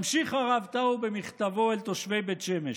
ממשיך הרב טאו במכתבו אל תושבי בית שמש: